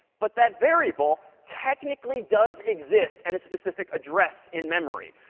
but that variable technically does exist at a specific address in memory.